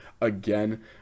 again